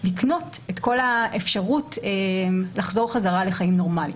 לקנות את כל האפשרות לחזור חזרה לחיים נורמליים.